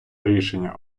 рішення